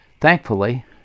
Thankfully